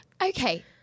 Okay